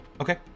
Okay